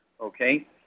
okay